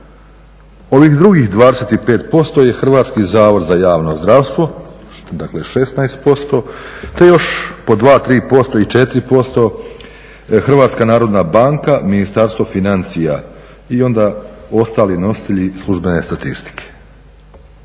ovih drugih 25% je Hrvatski zavod za javno zdravstvo 16% te još po 2, 3% i 4% HNB Ministarstvo financija i onda ostali nositelji službene statistike.